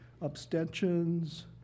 Abstentions